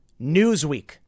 Newsweek